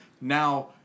Now